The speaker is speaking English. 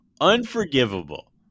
Unforgivable